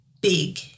big